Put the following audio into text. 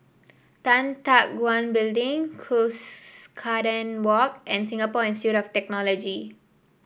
Tan Teck Guan Building Cuscaden Walk and Singapore Institute of Technology